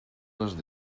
les